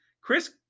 Chris